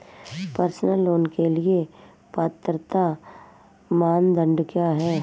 Personal loan के लिए पात्रता मानदंड क्या हैं?